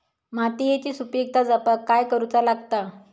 मातीयेची सुपीकता जपाक काय करूचा लागता?